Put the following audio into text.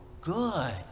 good